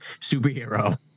superhero